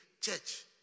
church